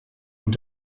und